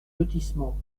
lotissement